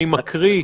אני מקריא.